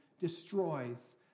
destroys